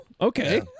Okay